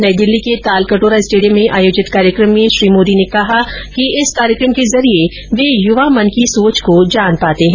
नई दिल्ली के तालकटोरा स्टेडियम में आयोजित कार्यकम में श्री मोदी ने कहा कि इस कार्यकम के जरिये वे युवा मन की सोच को जान पाते है